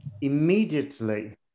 immediately